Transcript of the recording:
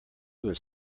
was